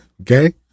Okay